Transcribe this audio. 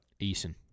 Eason